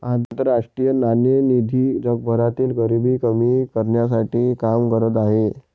आंतरराष्ट्रीय नाणेनिधी जगभरातील गरिबी कमी करण्यासाठी काम करत आहे